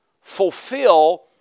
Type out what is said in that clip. fulfill